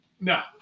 No